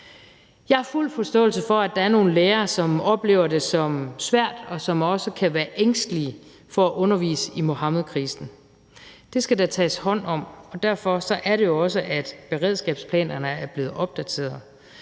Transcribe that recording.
Jeg har fuld forståelse for, at der er nogle lærere, som oplever det som svært, og som også kan være ængstelige for at undervise i Muhammedkrisen. Det skal der tages hånd om, og derfor er det jo også sådan, at beredskabsplanerne er blevet opdateret.